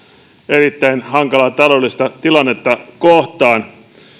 erittäin hankalaa taloudellista tilannetta kohtaan